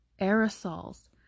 aerosols